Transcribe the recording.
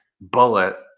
bullet